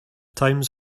times